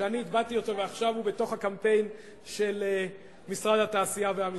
שאני טבעתי אותו ועכשיו הוא בקמפיין של משרד התעשייה והמסחר.